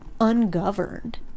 ungoverned